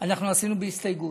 אנחנו עשינו בהסתייגות,